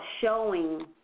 showing